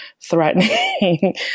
threatening